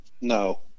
No